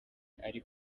ari